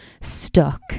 stuck